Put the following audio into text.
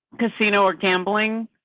casino or gambling,